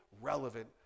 relevant